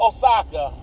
Osaka